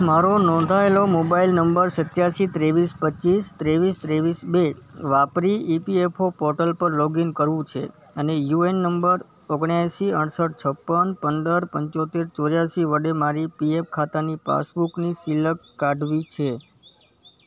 મારો નોંધાયેલો mobile number સત્યાશી ત્રેવીસ પચ્ચીસ ત્રેવીસ ત્રેવીસ બે વાપરી E P F O portal પર લૉગ ઇન કરવું છે અને યુ એ એન નંબર ઓગણએંસી અડસઠ છપ્પન પંદર પંચોતેર ચોર્યાશી વડે મારી પી ઍફ ખાતાની પાસબુકની સિલક કાઢવી છે